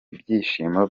ibyishimo